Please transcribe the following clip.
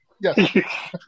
Yes